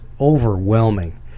overwhelming